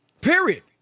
Period